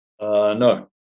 No